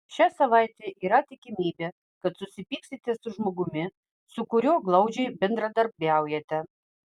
šią savaitę yra tikimybė kad susipyksite su žmogumi su kuriuo glaudžiai bendradarbiaujate